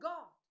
God